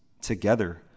together